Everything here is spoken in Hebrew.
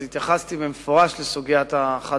אז התייחסתי במפורש לסוגיית החד-הוריות,